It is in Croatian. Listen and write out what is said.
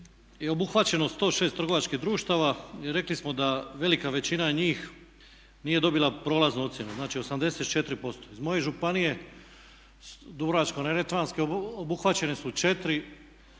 je obuhvaćeno 106 trgovačkih društava. Rekli smo da velika većina njih nije dobila prolaznu ocjenu, znači 84%. Iz moje županije Dubrovačko-neretvanske obuhvaćene su 4